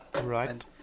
Right